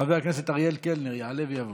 חבר הכנסת אריאל קלנר יעלה ויבוא.